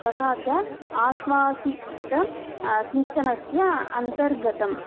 तथा च आश्वासितः सिञ्चनस्य अन्तर्गतम्